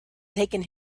taken